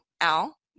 Al